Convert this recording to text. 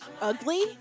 ugly